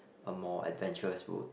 a more adventurous route